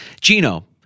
Gino